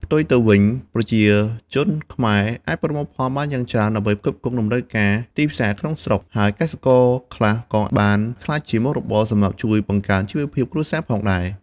ផ្ទុយទៅវិញ ប្រជាជនខ្មែរអាចប្រមូលផលបានយ៉ាងច្រើនដើម្បីផ្គត់ផ្គង់តម្រូវការទីផ្សារក្នុងស្រុក ហើយកសិករខ្លះក៏បានក្លាយជាមុខរបរសម្រាប់ជួយបង្កើនជីវភាពគ្រួសារផងដែរ។